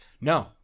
no